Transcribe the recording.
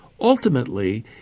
Ultimately